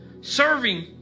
Serving